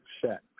set